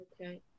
Okay